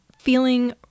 feeling